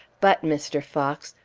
but, mr. fox,